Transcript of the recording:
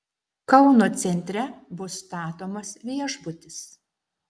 kauno centre bus statomas viešbutis